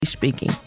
speaking